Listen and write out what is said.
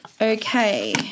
Okay